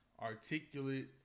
articulate